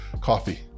coffee